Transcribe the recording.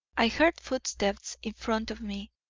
i heard footsteps in front of me.